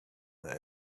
that